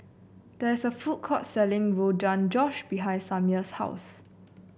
there is a food court selling Rogan Josh behind Samir's house